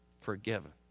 forgiven